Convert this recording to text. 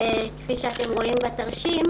כפי שאתם רואים בתרשים,